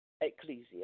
Ecclesia